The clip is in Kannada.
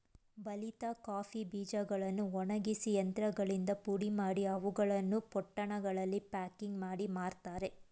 ಬಲಿತ ಕಾಫಿ ಬೀಜಗಳನ್ನು ಒಣಗಿಸಿ ಯಂತ್ರಗಳಿಂದ ಪುಡಿಮಾಡಿ, ಅವುಗಳನ್ನು ಪೊಟ್ಟಣಗಳಲ್ಲಿ ಪ್ಯಾಕಿಂಗ್ ಮಾಡಿ ಮಾರ್ತರೆ